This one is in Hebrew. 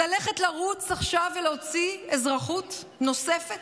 ללכת, לרוץ עכשיו ולהוציא אזרחות נוספת?